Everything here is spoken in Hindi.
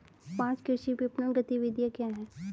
पाँच कृषि विपणन गतिविधियाँ क्या हैं?